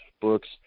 books